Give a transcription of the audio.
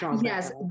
yes